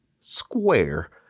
square